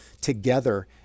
together